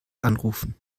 anrufen